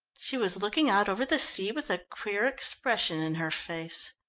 she was looking out over the sea with a queer expression in her face.